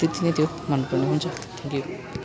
त्यति नै थियो मनपर्ने हुन्छ थ्याङ्क यू